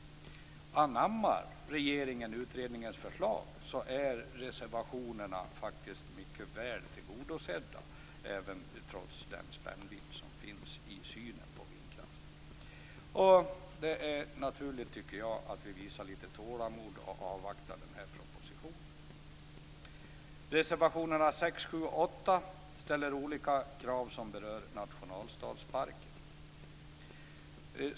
Anammar regeringen utredningens förslag är reservationerna faktiskt mycket väl tillgodosedda trots den spännvidd som finns i synen på vindkraft. Det är naturligt att vi visar lite tålamod och avvaktar propositionen. I reservationerna 6, 7 och 8 ställs olika krav som berör nationalstadsparker.